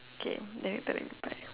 okay then later then we buy